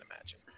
imagine